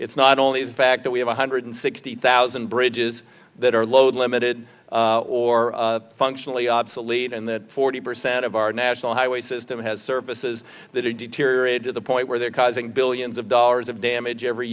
it's not only the fact that we have one hundred sixty thousand bridges that are load limited or functionally obsolete and that forty percent of our national highway system has services that are deteriorated to the point where they're causing billions of dollars of damage every